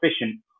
efficient